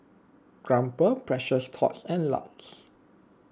Crumpler Precious Thots and Lux